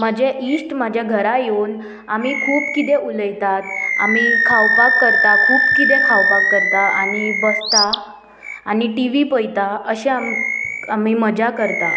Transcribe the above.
म्हजे इश्ट म्हज्या घरा येवन आमी खूब किदें उलयतात आमी खावपाक करता खूब किदें खावपाक करता आनी बसता आनी टिवी पयता अशें आम आमी मजा करता